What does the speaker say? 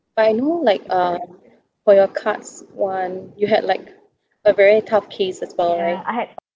but I know like uh for your cards one you had like a very tough case as well right